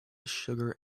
sugar